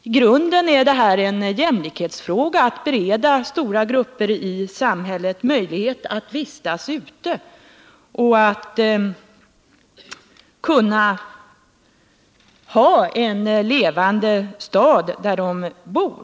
I grund och botten är det en jämlikhetsfråga att bereda stora grupper i samhället möjlighet att vistas ute och att ha en levande stad där de bor.